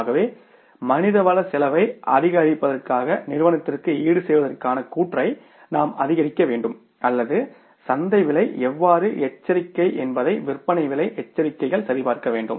ஆகவே மனிதவள செலவை அதிகரிப்பதற்காக நிறுவனத்திற்கு ஈடுசெய்வதற்கான கூற்றை நாம் அதிகரிக்க வேண்டும் அல்லது சந்தை விலை எவ்வாறு எச்சரிக்கை என்பதை விற்பனை விலை எச்சரிக்கைகள் சரிபார்க்க வேண்டும்